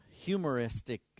humoristic